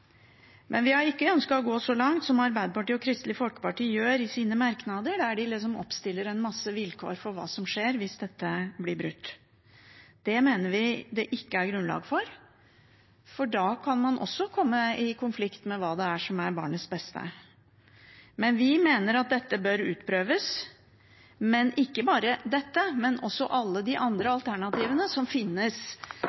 men vi har ikke ønsket å gå så langt som det Arbeiderpartiet og Kristelig Folkeparti gjør i sine merknader, der de stiller en masse vilkår for hva som skjer hvis dette blir brutt. Det mener vi det ikke er grunnlag for, for da kan man komme i konflikt med hva som er barnets beste. Vi mener dette bør utprøves, og ikke bare dette, men også alle de andre